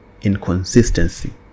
inconsistency